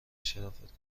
شرافت